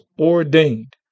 ordained